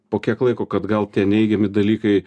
po kiek laiko kad gal tie neigiami dalykai